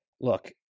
look